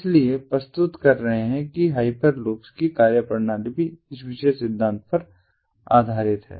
इसलिए प्रस्तुत कर रहे हैं कि कि हाइपर लूप्स की कार्यप्रणाली भी इस विशेष सिद्धांत पर आधारित है